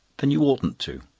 then you oughtn't to.